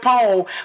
Pole